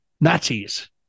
Nazis